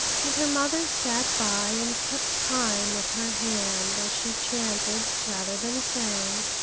and her mother sat by, and kept time with her hand as she chanted rather than sang